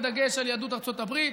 בדגש על יהדות ארצות הברית.